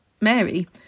Mary